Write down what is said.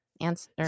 Answer